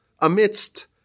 amidst